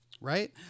Right